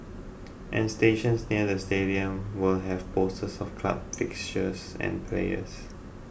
and stations near to stadiums will have posters of club fixtures and players